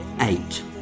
eight